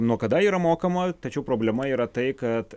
nuo kada yra mokama tačiau problema yra tai kad